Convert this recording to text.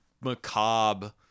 macabre